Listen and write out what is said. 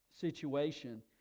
situation